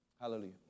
Hallelujah